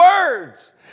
words